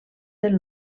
del